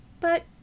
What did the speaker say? But